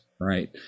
right